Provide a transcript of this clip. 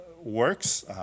works